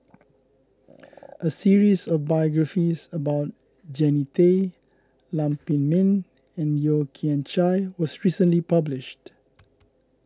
a series of biographies about Jannie Tay Lam Pin Min and Yeo Kian Chye was recently published